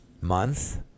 month